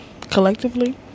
Collectively